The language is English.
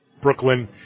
Brooklyn